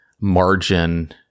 margin